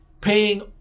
paying